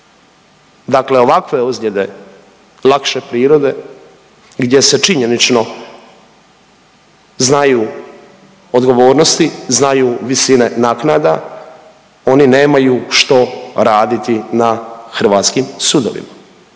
Dakle ovakve ozljede lakše prirode gdje se činjenično znaju odgovornosti, znaju visine naknada, oni nemaju što raditi na hrvatskim sudovima.